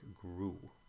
grew